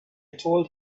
told